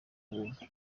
buntu